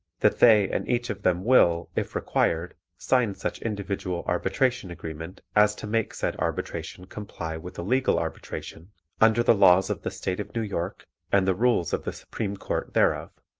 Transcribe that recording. that they and each of them will, if required, sign such individual arbitration agreement as to make said arbitration comply with a legal arbitration under the laws of the state of new york and the rules of the supreme court thereof,